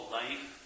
life